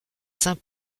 saint